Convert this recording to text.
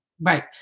Right